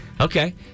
Okay